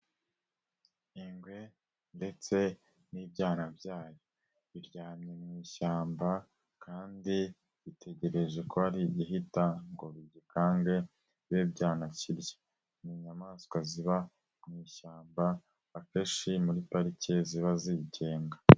Ingwe ndetse n'ibyana byayo, biryamye mu ishyamba kandi bitegereje ko hari igihita ngo bigikange, bibe byanakirya, ni inyamaswa ziba mu ishyamba, akeshi muri parike ziba zigenga.